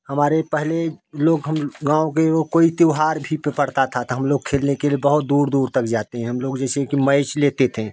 हमारे पहले लोग हम गाँव के एगो कोई त्यौहार भी पर पड़ता था हम लोग खेलने के लिए बहुत दूर दूर जाते हैं हम लोग जैसे कि मैईच लेते थे